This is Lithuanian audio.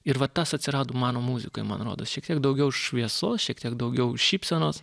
ir vat tas atsirado mano muzikoj man rodos šiek tiek daugiau šviesos šiek tiek daugiau šypsenos